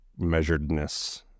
measuredness